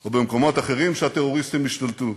או במקומות אחרים שהטרוריסטים השתלטו?